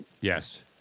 Yes